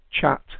chat